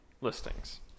listings